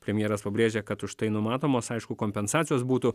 premjeras pabrėžė kad už tai numatomos aišku kompensacijos būtų